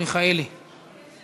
מחלה (היעדרות בשל מחלת ילד) (תיקון,